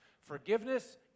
Forgiveness